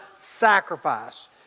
sacrifice